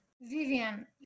Vivian